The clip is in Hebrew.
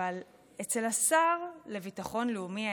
אבל אצל השר לביטחון לאומי,